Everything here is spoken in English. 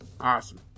Awesome